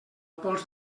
pols